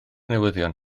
newyddion